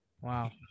Wow